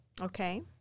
Okay